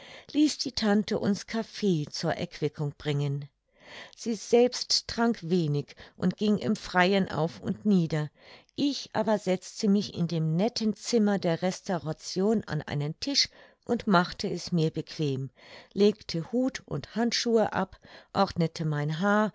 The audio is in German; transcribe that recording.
ließ die tante uns kaffee zur erquickung bringen sie selbst trank wenig und ging im freien auf und nieder ich aber setzte mich in dem netten zimmer der restauration an einen tisch und machte es mir bequem legte hut und handschuhe ab ordnete mein haar